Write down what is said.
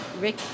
Rick